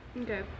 Okay